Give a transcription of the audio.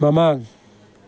ꯃꯃꯥꯡ